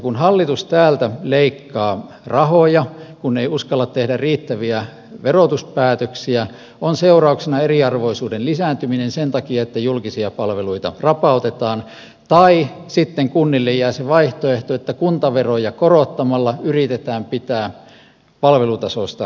kun hallitus täältä leikkaa rahoja kun ei uskalla tehdä riittäviä verotuspäätöksiä on seurauksena eriarvoisuuden lisääntyminen sen takia että julkisia palveluita rapautetaan tai sitten kunnille jää se vaihtoehto että kuntaveroja korottamalla yritetään pitää palvelutasoista kiinni